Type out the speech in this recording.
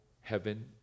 heaven